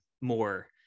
more –